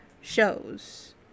shows